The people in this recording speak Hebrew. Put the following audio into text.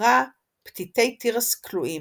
נקרא "פתיתי תירס קלויים"